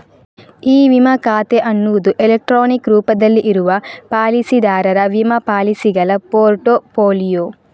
E ವಿಮಾ ಖಾತೆ ಅನ್ನುದು ಎಲೆಕ್ಟ್ರಾನಿಕ್ ರೂಪದಲ್ಲಿ ಇರುವ ಪಾಲಿಸಿದಾರರ ವಿಮಾ ಪಾಲಿಸಿಗಳ ಪೋರ್ಟ್ ಫೋಲಿಯೊ